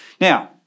Now